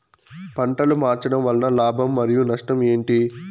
పంటలు మార్చడం వలన లాభం మరియు నష్టం ఏంటి